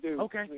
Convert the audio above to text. Okay